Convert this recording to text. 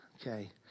okay